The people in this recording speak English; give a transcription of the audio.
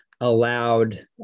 allowed